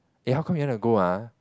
eh how come you want to go ah